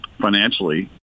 financially